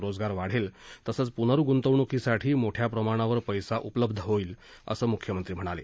रोजगार वाढेल तसंच पुनर्गुंतवणुकीसाठी मोठ्या प्रमाणावर पैसा उपलब्ध होईल असं मुख्यमंत्री म्हणाले